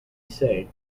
say